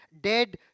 dead